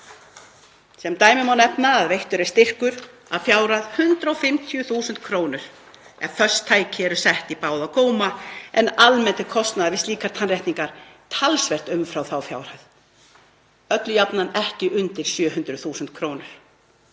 Sem dæmi má nefna að veittur er styrkur að fjárhæð 150.000 kr. ef föst tæki eru sett í báða góma en almennt er kostnaður við slíkar tannréttingar talsvert umfram þá fjárhæð, öllu jafna ekki undir 700.000 kr.